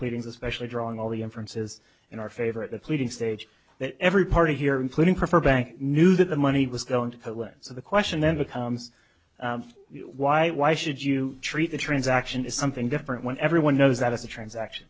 pleadings especially drawing all the inference is in our favorite pleading stage that every party here including prefer bank knew that the money was going to poland so the question then becomes why why should you treat the transaction is something different when everyone knows that it's a transaction